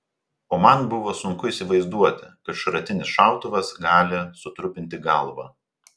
o man buvo sunku įsivaizduoti kad šratinis šautuvas gali sutrupinti galvą